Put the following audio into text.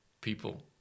people